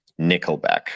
Nickelback